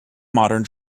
modern